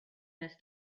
this